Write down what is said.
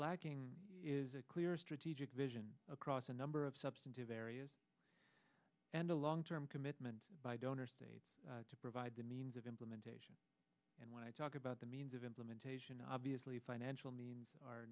lacking is a clear strategic vision across a number of substantive areas and a long term commitment by donor states to provide the means of implementation and when i talk about the means of implementation obviously financial means are